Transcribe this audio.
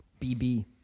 BB